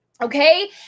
Okay